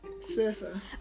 Surfer